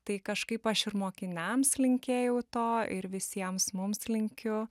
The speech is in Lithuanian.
tai kažkaip aš ir mokiniams linkėjau to ir visiems mums linkiu